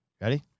Ready